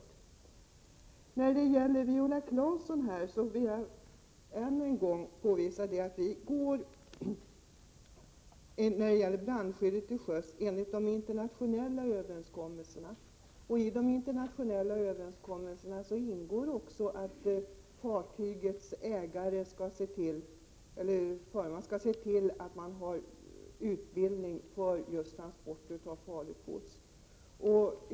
När det gäller brandskyddet till sjöss vill jag än en gång, Viola Claesson, påvisa att vi följer de internationella överenskommelserna. I de överenskommelserna ingår att fartygets ägare skall se till att föraren har utbildning för transport av farligt gods.